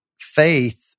faith